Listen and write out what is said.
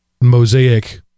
Mosaic